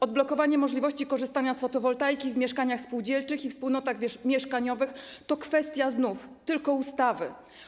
Odblokowanie możliwości korzystania z fotowoltaiki w mieszkaniach spółdzielczych i wspólnotach mieszkaniowych to kwestia znów - tylko ustawy.